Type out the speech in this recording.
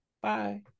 Bye